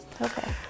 Okay